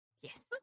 Yes